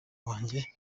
wanjye